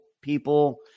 people